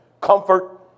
comfort